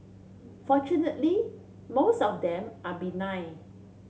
fortunately most of them are benign